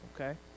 okay